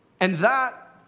and that,